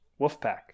Wolfpack